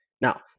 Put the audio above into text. now